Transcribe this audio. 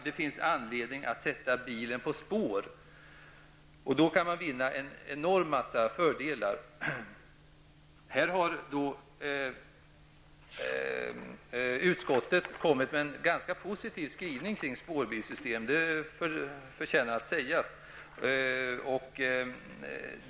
Det finns därför anledning att sätta bilen på spår. På så sätt kan man vinna en enorm mängd fördelar. Utskottet har en ganska positiv skrivning kring spårbilssystem, det förtjänar att sägas.